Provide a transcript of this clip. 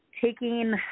Taking